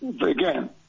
Again